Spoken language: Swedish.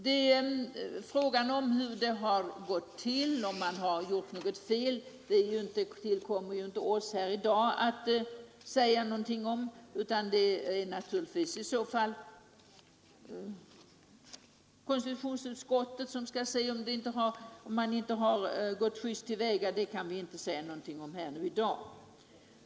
Hur handläggningen gått till och om det begåtts något fel tillkommer det inte oss här i dag att säga någonting om. Om det inte har gått juste till, så är det konstitutionsutskottets sak att ta upp det.